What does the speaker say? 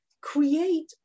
create